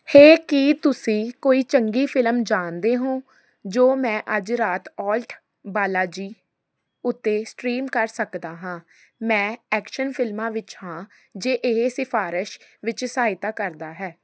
ਹੇ ਕੀ ਤੁਸੀਂ ਕੋਈ ਚੰਗੀ ਫਿਲਮ ਜਾਣਦੇ ਹੋ ਜੋ ਮੈਂ ਅੱਜ ਰਾਤ ਆਲਟ ਬਾਲਾਜੀ ਉੱਤੇ ਸਟ੍ਰੀਮ ਕਰ ਸਕਦਾ ਹਾਂ ਮੈਂ ਐਕਸ਼ਨ ਫਿਲਮਾਂ ਵਿੱਚ ਹਾਂ ਜੇ ਇਹ ਸਿਫਾਰਸ਼ ਵਿੱਚ ਸਹਾਇਤਾ ਕਰਦਾ ਹੈ